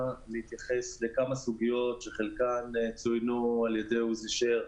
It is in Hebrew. להתייחס לכמה סוגיות שחלקן צוינו על ידי עוזי שר,